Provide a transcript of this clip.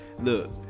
Look